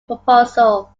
proposal